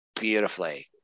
beautifully